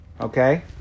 Okay